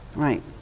Right